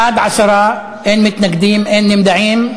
בעד, 13, אין מתנגדים, אין נמנעים.